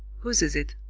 whose is it?